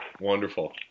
Wonderful